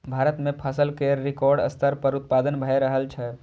भारत मे फसल केर रिकॉर्ड स्तर पर उत्पादन भए रहल छै